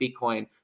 Bitcoin